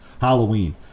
Halloween